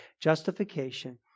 justification